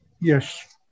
Yes